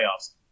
playoffs